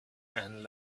and